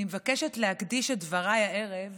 אני מבקשת להקדיש את דבריי הערב